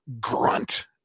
grunt